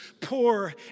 poor